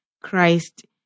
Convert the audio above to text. Christ